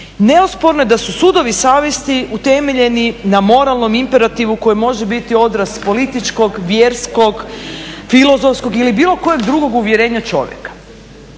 Neosporno je da su sudovi savjesti utemeljeni na moralnom imperativu koji može biti odraz političkog, vjerskog, filozofskog ili bilo kojeg drugog uvjerenja čovjeka.